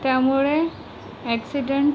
त्यामुळे ॲक्सीडेंटचं